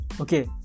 okay